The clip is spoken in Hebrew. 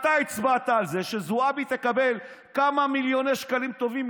אתה הצבעת על זה שזועבי תקבל כמה מיליוני שקלים טובים.